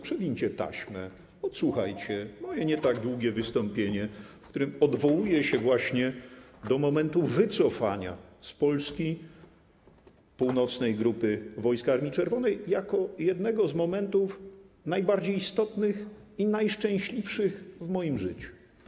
Przewińcie taśmę, odsłuchajcie moje nie tak długie wystąpienie, w którym odwołuję się właśnie do momentu wycofania z Polski północnej grupy wojsk Armii Czerwonej, jako jednego z momentów najbardziej istotnych i najszczęśliwszych w moim życiu.